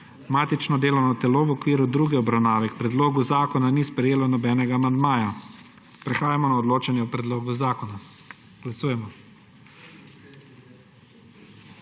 Matično delovno telo v okviru druge obravnave k predlogu zakona ni sprejelo nobenega amandmaja. Prehajamo na odločanje o predlogu zakona. Glasujemo.